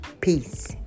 Peace